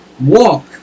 walk